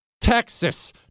Texas